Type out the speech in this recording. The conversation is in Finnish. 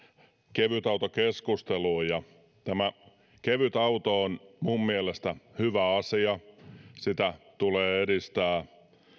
kevytautokeskusteluun tämä kevytauto on minun mielestäni hyvä asia sitä tulee edistää